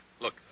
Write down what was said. Look